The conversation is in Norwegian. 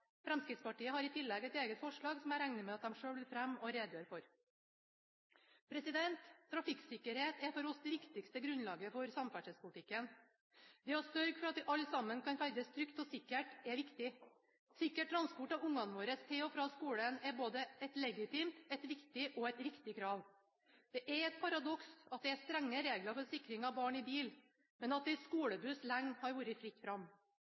Fremskrittspartiet har i tillegg et eget forslag som jeg regner med at de selv vil fremme og redegjøre for. Trafikksikkerhet er for oss det viktigste grunnlaget for samferdselspolitikken. Det å sørge for at vi alle sammen kan ferdes trygt og sikkert, er viktig. Sikker transport av ungene våre til og fra skolen er et legitimt, et viktig og et riktig krav. Det er et paradoks at det er strenge regler for sikring av barn i bil, men at det i skolebuss lenge har vært fritt fram.